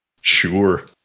sure